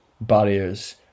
barriers